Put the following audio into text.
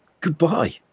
goodbye